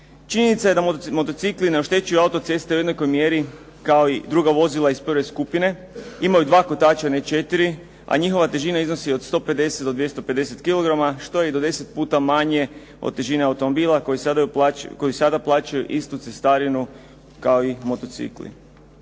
Činjenica je da motocikli ne oštećuju autoceste u jednakoj mjeri kao i druga vozila iz prve skupine. Imaju 2 kotača, ne 4, a njihova težina iznosi od 150 do 250 kilograma, što je i do 10 puta manje od težine automobila koji sada plaćaju istu cestarinu kao i motocikli.